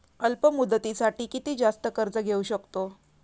अल्प मुदतीसाठी किती जास्त कर्ज घेऊ शकतो?